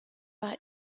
pas